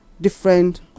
Different